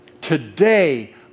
today